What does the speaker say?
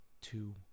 two